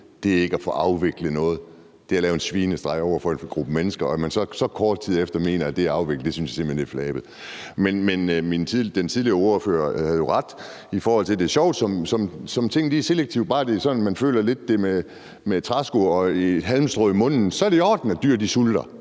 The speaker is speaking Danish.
Det er ikke at få afviklet noget, det er at lave en svinestreg over for en gruppe mennesker. Og at man så så kort tid efter mener, at det er at afvikle det, synes jeg simpelt hen er flabet. Men den tidligere ordfører havde jo ret – det er sjovt, som tingene er selektive; bare man føler, at det sådan er i træsko og med et halmstrå i munden, så er det i orden, at dyr sulter.